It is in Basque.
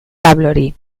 pablori